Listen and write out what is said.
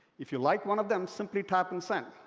if you like one of them, simply tap and send.